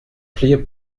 clear